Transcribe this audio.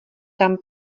tam